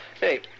Hey